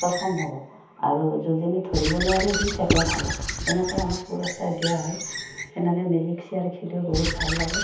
প্ৰথম হ'ব আৰু যিজনী ধৰিব নোৱাৰে সি ছেকেণ্ড হ'ব তেনেকৈ আমাক পুৰস্কাৰ দিয়া হয় তেনেকৈ মিউজিক চেয়াৰ খেলিও বহুত ভাল লাগে